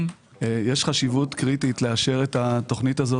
יש חשיבות קריטית לאשר את התוכנית הזאת